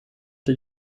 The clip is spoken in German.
der